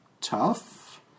tough